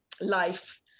life